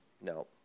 No